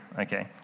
okay